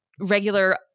regular